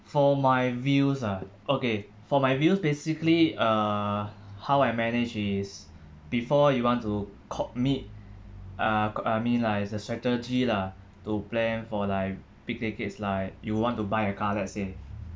for my views ah okay for my views basically uh how I manage is before you want to commit uh I mean like it's a strategy lah to plan for like big tickets like you want to buy a car let's say